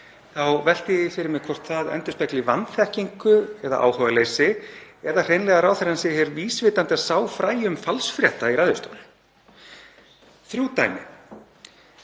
þá velti ég því fyrir mér hvort það endurspegli vanþekkingu eða áhugaleysi eða hreinlega að ráðherrann sé hér vísvitandi að sá fræjum falsfrétta í ræðustól. Þrjú dæmi.